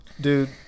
dude